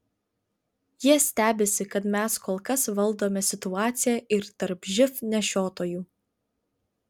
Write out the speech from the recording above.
jie stebisi kad mes kol kas valdome situaciją ir tarp živ nešiotojų